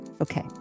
Okay